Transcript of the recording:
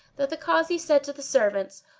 that the kazi said to the servants,